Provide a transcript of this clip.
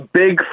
big